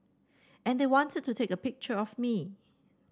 and they wanted to take a picture of me